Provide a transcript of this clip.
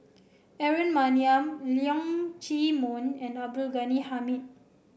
Aaron Maniam Leong Chee Mun and Abdul Ghani Hamid